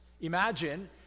Imagine